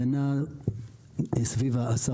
אז היא נעה סביב ה-10%.